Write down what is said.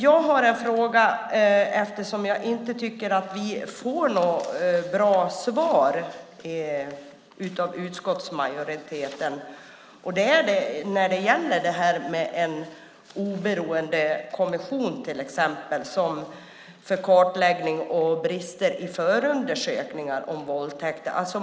Jag har en fråga, eftersom jag inte tycker att vi har fått några bra svar av utskottsmajoriteten. Det gäller till exempel en oberoende kommission för kartläggning av brister i förundersökningar om våldtäkt.